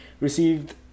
Received